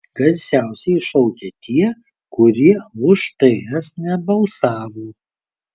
garsiausiai šaukia tie kurie už ts nebalsavo